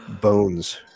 bones